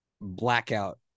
blackout